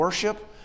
Worship